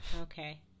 Okay